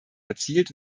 erzielt